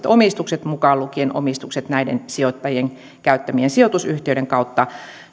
omistukset mukaan lukien omistukset näiden sijoittajien käyttämien sijoitusyhtiöiden kautta